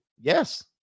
Yes